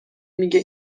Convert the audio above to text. میگه